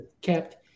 kept